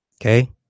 Okay